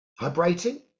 vibrating